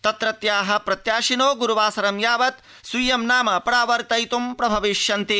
तत्रत्या प्रत्याशिनो ग्रुवासरं यावत् स्वीयं नाम परार्वतयित् प्रभविष्यन्ति